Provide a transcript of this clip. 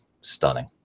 stunning